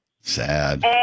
Sad